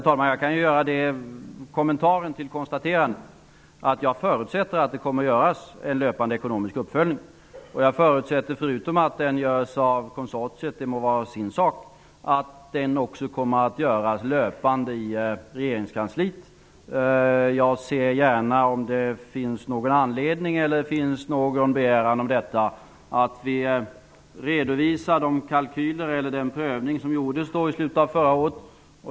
Herr talman! Jag förutsätter att det kommer att ske en löpande ekonomisk uppföljning. Förutom att den görs av konsortiet -- det må vara dess sak -- förutsätter jag att den kommer att göras löpande också i regeringskansliet. Om det finns någon anledning eller någon begäran om detta, ser jag gärna att vi redovisar den prövning som gjordes i slutet av förra året.